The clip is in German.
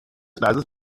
gleises